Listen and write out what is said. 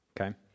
okay